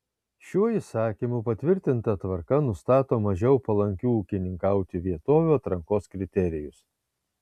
šiuo įsakymu patvirtinta tvarka nustato mažiau palankių ūkininkauti vietovių atrankos kriterijus